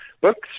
books